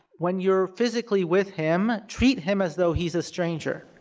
when you're physically with him, treat him as though he's a stranger.